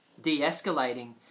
de-escalating